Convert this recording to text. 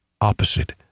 opposite